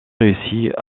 réussit